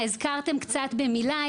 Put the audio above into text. הזכרתם קצת במילה,